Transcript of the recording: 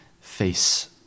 face